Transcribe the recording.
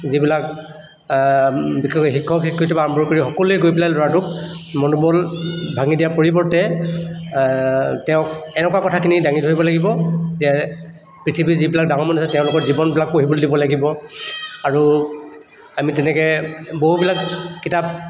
যিবিলাক বিশেষকৈ শিক্ষক শিক্ষয়িত্ৰীৰ পৰা আৰম্ভ কৰি সকলোৱে গৈ পেলাই ল'ৰাটোক মনোবল ভাঙি দিয়াৰ পৰিৱৰ্তে তেওঁক এনেকুৱা কথাখিনি দাঙি ধৰিব লাগিব যে পৃথিৱীৰ যিবিলাক ডাঙৰ মানুহ আছে তেওঁলোকৰ জীৱনবিলাক পঢ়িবলৈ দিব লাগিব আৰু আমি তেনেকৈ বহুবিলাক কিতাপ